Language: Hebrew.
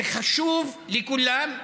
זה חשוב לכולם,